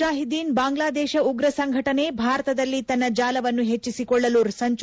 ಜಮಾತ್ ಮುಜಾಹಿದ್ದೀನ್ ಬಾಂಗ್ಲಾದೇಶ ಉಗ್ರ ಸಂಘಟನೆ ಭಾರತದಲ್ಲಿ ತನ್ನ ಜಾಲವನ್ನು ಹೆಚ್ಚಿಸಿಕೊಳ್ಳಲು ಸಂಚು